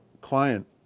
client